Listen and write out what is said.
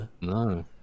no